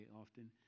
often